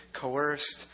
coerced